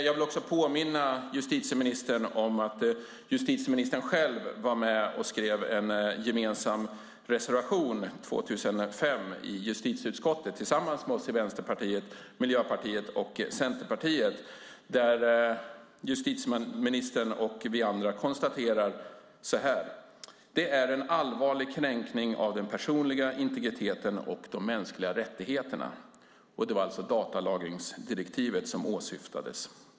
Jag vill påminna justitieministern om att justitieministern själv skrev en gemensam reservation år 2005 i justitieutskottet tillsammans med oss i Vänsterpartiet, Miljöpartiet och Centerpartiet där justitieministern och vi andra konstaterar så här: Det är en allvarlig kränkning av den personliga integriteten och de mänskliga rättigheterna. Det var alltså datalagringsdirektivet som åsyftades.